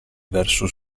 verso